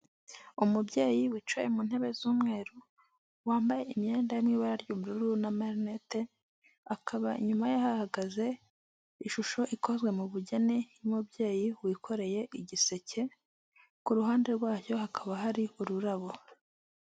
Umubyeyi wicaye mu ntebe z'umweru wambaye imyenda yo mu ibara ry'ubururu n'amerinete, akaba inyuma hahagaze ishusho ikozwe mu bugeni y'umubyeyi wikoreye igiseke, ku ruhande rwacyo hakaba hari ururabo.